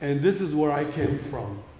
and this is where i came from.